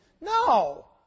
no